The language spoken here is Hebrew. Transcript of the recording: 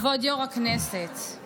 כבוד יושב-ראש הישיבה,